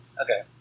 Okay